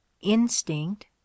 instinct